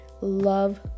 Love